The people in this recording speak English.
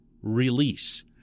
release